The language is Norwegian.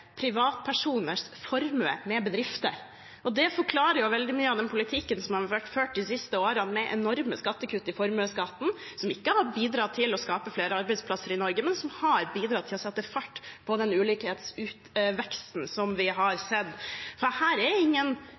privatpersoners formue med bedrifter. Det forklarer jo veldig mye av den politikken som har vært ført de siste årene, med enorme skattekutt i formuesskatten, som ikke har bidratt til å skape flere arbeidsplasser i Norge, men som har bidratt til å sette fart på den ulikhetsveksten vi har sett. Det er ingen bedriftsbeskatning som økes; her er